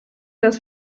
das